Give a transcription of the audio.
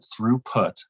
throughput